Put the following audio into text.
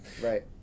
right